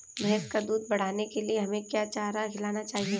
भैंस का दूध बढ़ाने के लिए हमें क्या चारा खिलाना चाहिए?